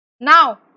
now